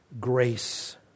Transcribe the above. grace